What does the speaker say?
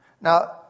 Now